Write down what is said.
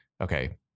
okay